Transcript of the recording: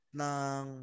ng